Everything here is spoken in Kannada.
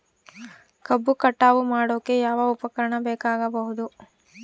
ಕಬ್ಬು ಕಟಾವು ಮಾಡೋಕೆ ಯಾವ ಉಪಕರಣ ಬೇಕಾಗಬಹುದು?